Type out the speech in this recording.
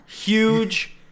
huge